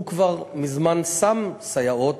הוא כבר מזמן שם סייעות,